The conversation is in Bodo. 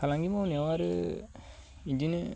फालांगि मावनायाव आरो बिदिनो